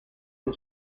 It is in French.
une